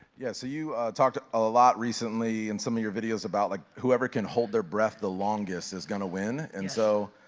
yeah, so you talked a lot recently in some of your videos about like who ever can hold their breath the longest is gonna win. and so